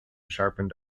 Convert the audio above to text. sharpened